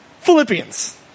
Philippians